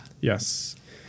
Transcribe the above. Yes